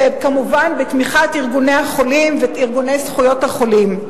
וכמובן בתמיכת ארגוני החולים וארגוני זכויות החולים.